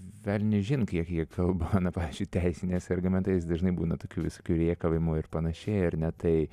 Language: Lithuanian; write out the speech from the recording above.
velniaižin kiek jie kalba na pavyzdžiui teisiniais argumentais dažnai būna tokių viskių rėkavimų ir panašiai ar ne tai